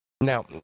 Now